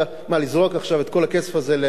לזרוק עכשיו את כל הכסף הזה לים,